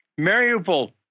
Mariupol